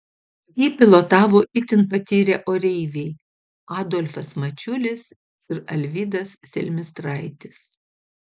jį pilotavo itin patyrę oreiviai adolfas mačiulis ir alvydas selmistraitis